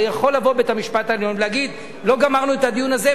הרי יכול לבוא בית-המשפט העליון ולהגיד: לא גמרנו את הדיון הזה,